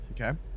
Okay